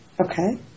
Okay